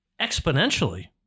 exponentially